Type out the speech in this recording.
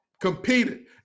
Competed